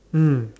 mm